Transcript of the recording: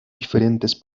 diferentes